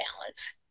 balance